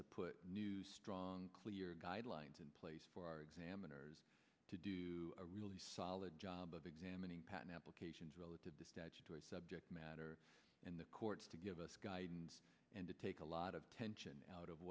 to put new strong clear guidelines in place for our examiners to do a really solid job of examining patent applications relative to a subject matter in the courts to give us guidance and to take a lot of tension out of